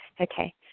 Okay